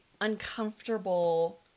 uncomfortable